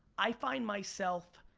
i find myself